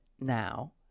now